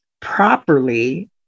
properly